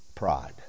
pride